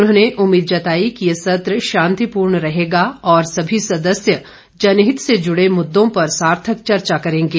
उन्होंने उम्मीद जताई कि ये सत्र शांतिपूर्ण रहेगा और सभी सदस्य जनहित से जुड़े मुद्दों पर सार्थक चर्चा करेंगे